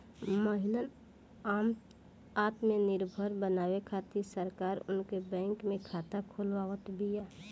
महिलन आत्मनिर्भर बनावे खातिर सरकार उनकर बैंक में खाता खोलवावत बिया